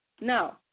No